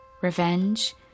Revenge